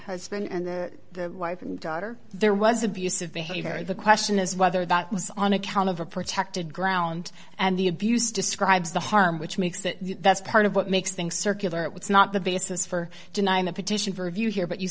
husband and the daughter there was abusive behavior the question is whether that was on account of a protected ground and the abuse describes the harm which makes it that's part of what makes things circular it's not the basis for denying a petition for review here but you